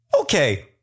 Okay